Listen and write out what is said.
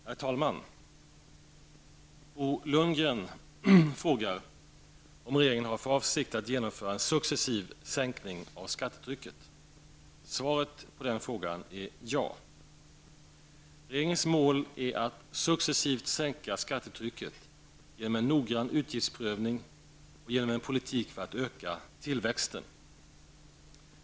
Herr talman! Bo Lundgren frågar om regeringen har för avsikt att genomföra en successiv sänkning av skattetrycket. Svaret på denna fråga är ja. Regeringens mål är att successivt sänka skattetrycket genom en noggrann utgiftsprövning och genom en politik för att öka tillväxten.